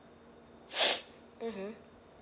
mmhmm